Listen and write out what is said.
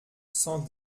cent